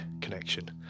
connection